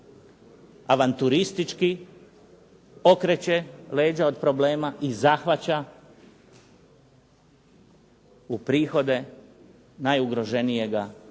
avanturistički okreće leđa od problema i zahvaća u prihode najugroženijega